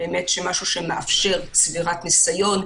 שזה משהו שמאפשר צבירת ניסיון,